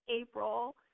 April